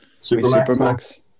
Supermax